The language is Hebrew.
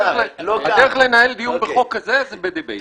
הדרך לנהל דיון בחוק כזה הינה בדיבייט.